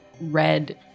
red